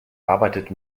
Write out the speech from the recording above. arbeitet